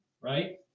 right